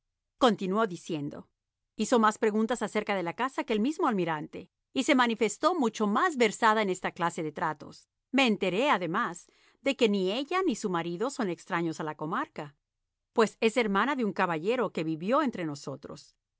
discretacontinuó diciendo hizo más preguntas acerca de la casa que el mismo almirante y se manifestó mucho más versada en esta clase de tratos me enteré además de queni ella ni su marido son extraños a la comarca pues es hermana de un caballero que vivió entre nosotros